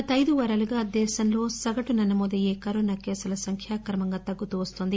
గత ఐదు వారాలుగా దేశంలో సగటున నమోదయ్యే కరోనా కేసుల సంఖ్య క్రమంగా తగ్గుతూ వస్తుంది